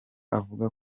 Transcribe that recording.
avuga